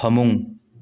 ꯐꯃꯨꯡ